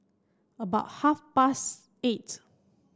about half past eight